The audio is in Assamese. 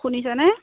শুনিছেনে